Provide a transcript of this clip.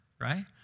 right